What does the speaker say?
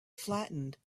flattened